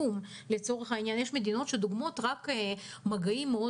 כשהיא יכולה לטפל בחולים.